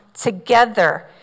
together